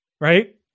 right